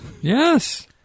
Yes